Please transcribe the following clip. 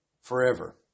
forever